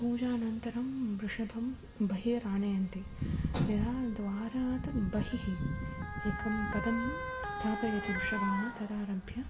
पूजानन्तरं वृषभं बहिरानयन्ति यदा द्वारात् बहिः एकं पदं स्थापयति वृषभः तदारभ्य